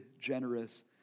generous